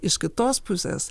iš kitos pusės